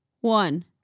one